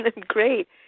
Great